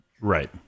right